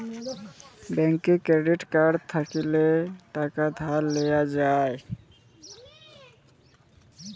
ব্যাংকের credit card থ্যাইকলে টাকা ধার লিয়া যায়